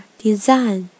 design